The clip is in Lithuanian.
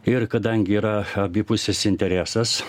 ir kadangi yra abipusis interesas